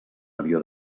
avió